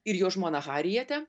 ir jo žmoną harietę